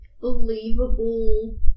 believable